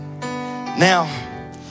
Now